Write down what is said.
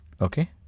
okay